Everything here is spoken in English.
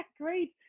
great